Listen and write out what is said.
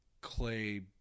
clay